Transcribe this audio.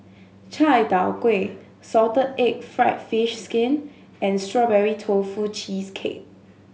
chai tow kway salted egg fried fish skin and Strawberry Tofu Cheesecake